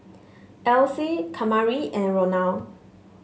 Else Kamari and Ronald